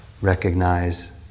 recognize